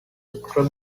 vector